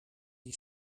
die